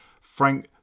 Frank